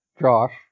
Josh